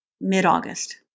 mid-August